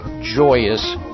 joyous